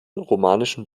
romanischen